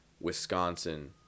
Wisconsin